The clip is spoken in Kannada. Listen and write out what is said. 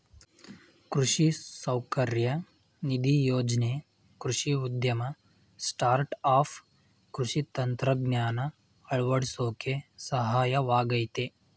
ಕೃಷಿ ಸೌಕರ್ಯ ನಿಧಿ ಯೋಜ್ನೆ ಕೃಷಿ ಉದ್ಯಮ ಸ್ಟಾರ್ಟ್ಆಪ್ ಕೃಷಿ ತಂತ್ರಜ್ಞಾನ ಅಳವಡ್ಸೋಕೆ ಸಹಾಯವಾಗಯ್ತೆ